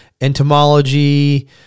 entomology